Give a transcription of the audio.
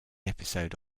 episode